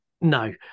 No